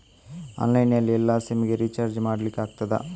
Online ನಲ್ಲಿ ಎಲ್ಲಾ SIM ಗೆ ರಿಚಾರ್ಜ್ ಮಾಡಲಿಕ್ಕೆ ಆಗ್ತದಾ?